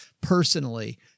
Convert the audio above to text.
personally